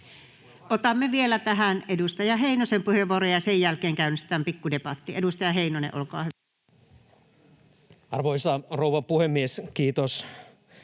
Otamme tähän vielä edustaja Heinosen puheenvuoron, ja sen jälkeen käynnistetään pikku debatti. — Edustaja Heinonen, olkaa hyvä. [Speech 53] Speaker: Timo